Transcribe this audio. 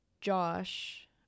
Josh